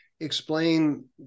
explain